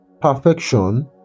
perfection